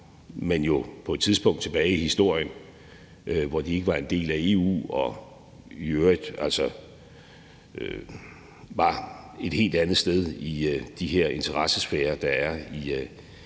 men jo på et tidspunkt tilbage i historien, hvor de ikke var en del af EU og i øvrigt var et helt andet sted i de her interessesfærer, der er i